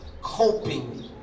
coping